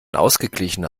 ausgeglichener